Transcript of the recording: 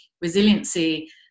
resiliency